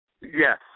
Yes